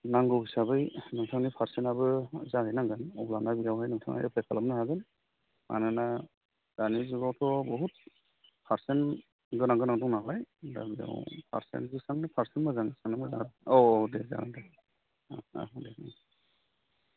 नांगौ हिसाबै नोंथांनि पार्सेन्टआबो जाहैननांगोन अब्लाना बेयावहाय नोंथाङा एप्लाइ खालामनो हागोन मानोना दानि जुगावथ' बुहुद पार्सेन्ट गोनां गोनां दं नालाय दा बेयाव पार्सेन्ट जेसांनि पार्सेन्ट मोजां एसांनो मोजां औ दे जागोन दे दे